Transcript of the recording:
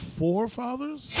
forefathers